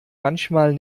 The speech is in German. manchmal